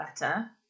better